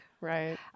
Right